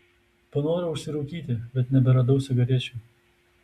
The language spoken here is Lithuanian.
panorau užsirūkyti bet neberadau cigarečių